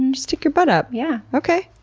um stick your butt up. yeah okay.